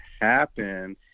happen